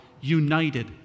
united